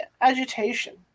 agitation